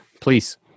please